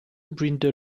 brindle